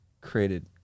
created